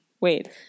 wait